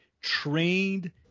trained